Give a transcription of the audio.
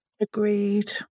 Agreed